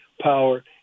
power